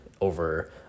over